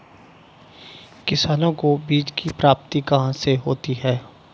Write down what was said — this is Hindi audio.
किसानों को बीज की प्राप्ति कहाँ से होती है?